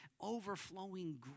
Overflowing